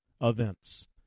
events